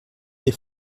des